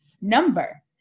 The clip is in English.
number